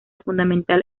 fundamental